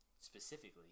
specifically